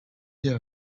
hear